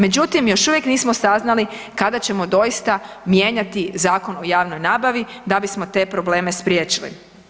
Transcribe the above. Međutim, još uvijek nismo saznali kada ćemo doista mijenjati Zakon o javnoj nabavi da bismo te probleme spriječili.